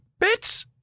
bitch